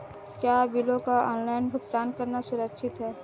क्या बिलों का ऑनलाइन भुगतान करना सुरक्षित है?